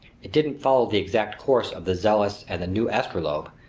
it didn't follow the exact course of the zealous and the new astrolabe,